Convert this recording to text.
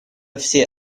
все